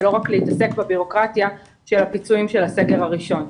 ולא רק להתעסק בביורוקרטיה של הפיצויים של הסגר הראשון,